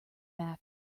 back